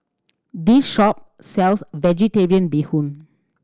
this shop sells Vegetarian Bee Hoon